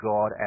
God